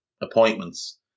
appointments